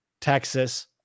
Texas